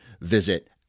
visit